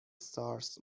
سارس